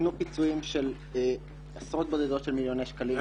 ניתנו פיצויים של עשרות בודדות של מיליוני שקלים.